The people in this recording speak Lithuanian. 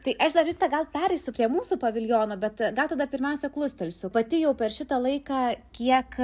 tai aš dar juste gal pereisiu prie mūsų paviljono bet gal tada pirmiausia klusteliu pati jau per šitą laiką kiek